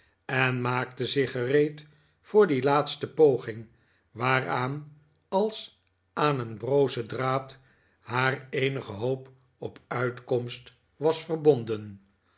en maakte zich gereed voor die laatste poging waaraan als aan een brozen draad haar eenige hoop op uitkomst was verbonden